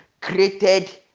created